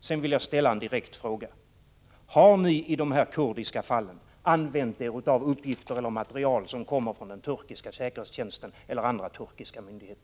Sedan vill jag ställa en direkt fråga: Har ni i dessa kurdiska fall använt er av uppgifter eller material som kommer från den turkiska säkerhetstjänsten eller andra turkiska myndigheter?